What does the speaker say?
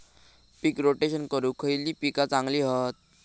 पीक rotation करूक खयली पीका चांगली हत?